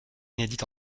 inédite